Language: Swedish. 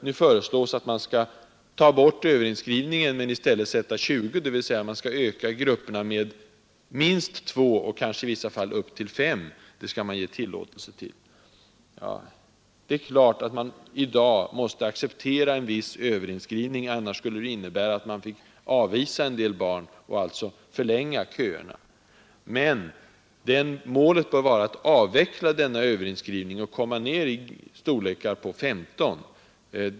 Nu föreslås att man skall ta bort överinskrivningen men i stället öka grupperna med minst 2 och i vissa fall upp till 5. Det är klart att man i dag måste acceptera en viss överinskrivning, annars skulle det innebära att man fick avvisa en del barn och förlänga köerna. Men målet bör vara att avveckla denna överinskrivning och komma ner i storlekar på 15.